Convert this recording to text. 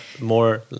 more